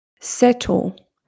settle